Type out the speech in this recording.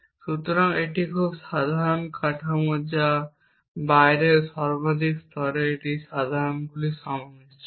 সুতরাং এটি একটি খুব সাধারণ কাঠামো যা বাইরের সর্বাধিক স্তরে এটি ধারাগুলির সংমিশ্রণ